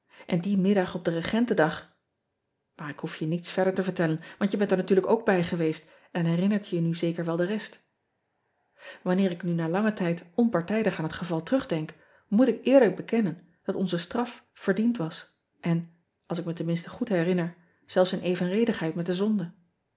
n dien middag op den egentendag maar ik hoef je niets verder te vertellen want je bent er natuurlijk ook bij geweest en herinnert je nu zeker wel de rest anneer ik nu na langen tijd onpartijdig aan het geval terugdenk moet ik eerlijk bekennen dat onze straf verdiend was en als ik me tenminste goed herinner zelfs in evenredigheid met de zonde